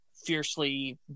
fiercely